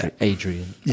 Adrian